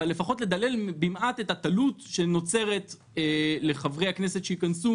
אבל לפחות לדלל במעט את התלות שנוצרת לחברי הכנסת שייכנסו